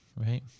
right